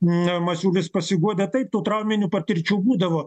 na masiulis pasiguodė taip trauminių patirčių būdavo